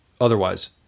otherwise